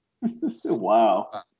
Wow